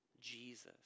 Jesus